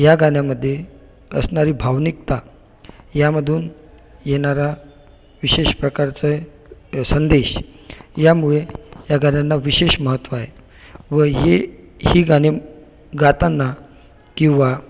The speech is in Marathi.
या गाण्यामध्ये असणारी भावनिकता यामधून येणारा विशेष प्रकारचे संदेश यामुळे या गाण्यांना विशेष महत्त्व आहे व हे ही गाणे गाताना किंवा